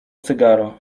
cygaro